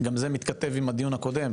גם זה מתכתב עם הדיון הקודם,